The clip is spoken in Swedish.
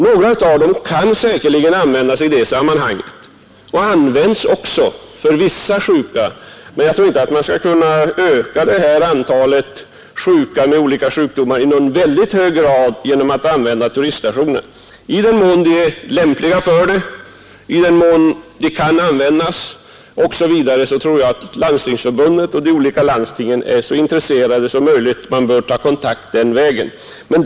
Några av dem kan säkerligen användas — och användas också för vissa sjuka — men jag tror inte att man kan öka det mottagna antalet sjuka med olika sjukdomar i någon särskilt hög grad genom att använda turiststationerna. I den mån de är lämpliga tror jag att Landstingsförbundet och de olika landstingen är så intresserade att det bör vara möjligt att ta kontakt den vägen.